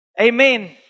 Amen